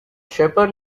shepherd